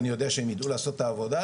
אני יודע שהם ידעו לעשות את העבודה,